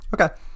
Okay